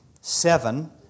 Seven